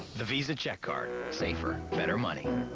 the visa check card safer, better money.